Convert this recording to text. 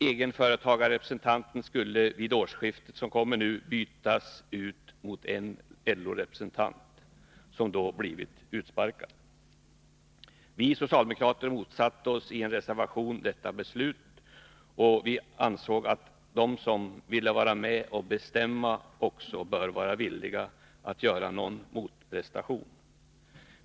Egenföretagarrepresentanten skulle vid kommande årsskifte bytas ut mot en LO-representant, som då blir utsparkad. Vi socialdemokrater motsatte oss i en reservation detta beslut. Vi ansåg att de som vill vara med och besluta också bör vara villiga att göra någon motprestation.